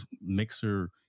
mixer